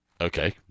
Okay